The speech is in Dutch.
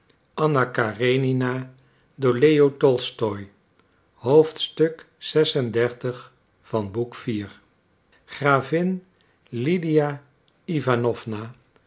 gravin lydia iwanowna